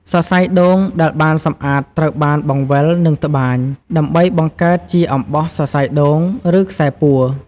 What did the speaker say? សរសៃដូងដែលបានសម្អាតត្រូវបាន បង្វិល និងត្បាញ ដើម្បីបង្កើតជាអំបោះសរសៃដូង ឬខ្សែពួរ។